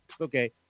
okay